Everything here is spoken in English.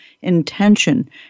intention